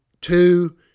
two